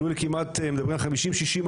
עלו לכמעט ב-150%-160%.